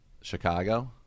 Chicago